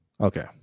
Okay